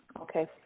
Okay